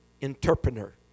interpreter